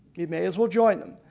you may as well join them.